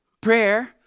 prayer